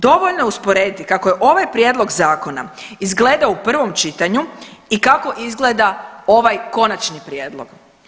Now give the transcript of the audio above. Dovoljno je usporediti kako je ovaj prijedlog zakona izgledao u prvom čitanju i kako izgleda ovaj konačni prijedlog.